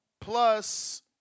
plus